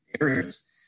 areas